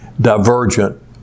divergent